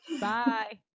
Bye